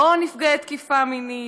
לא נפגעי תקיפה מינית,